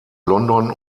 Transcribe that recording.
london